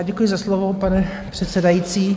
Děkuji za slovo, pane předsedající.